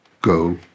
go